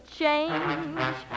change